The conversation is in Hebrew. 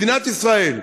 מדינת ישראל,